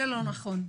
זה לא נכון.